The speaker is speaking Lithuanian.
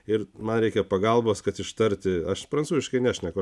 ir man reikia pagalbos kad ištarti aš prancūziškai nešneku